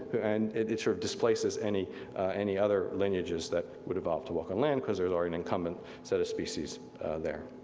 and it sort of displaces any other other lineages that would evolve to walk on land, cause there's already an incumbent set of species there.